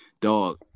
dog